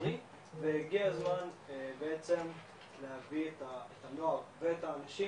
לצערי והגיע הזמן בעצם להביא את הנוער ואת האנשים